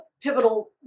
pivotal